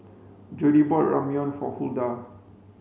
Jody bought Ramyeon for Huldah